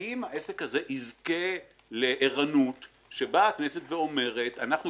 האם העסק הזה יזכה לערנות שהכנסת אומרת: אנחנו